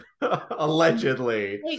allegedly